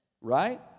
Right